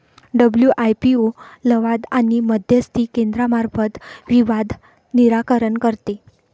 WIPO लवाद आणि मध्यस्थी केंद्रामार्फत विवाद निराकरण करते